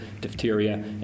diphtheria